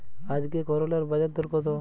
আজকে করলার বাজারদর কত?